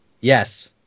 Yes